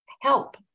help